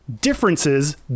differences